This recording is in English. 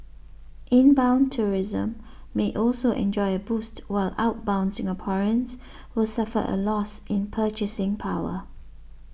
inbound tourism may also enjoy a boost while outbound Singaporeans will suffer a loss in purchasing power